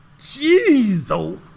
Jesus